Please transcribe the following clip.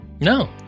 no